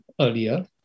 earlier